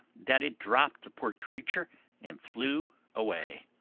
that it dropped the poor creature and flew away.